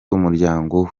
umuryango